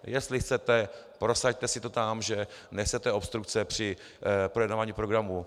Jestli chcete, prosaďte si to tam, že nechcete obstrukce při projednávání programu.